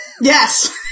Yes